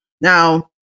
Now